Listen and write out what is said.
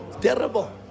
terrible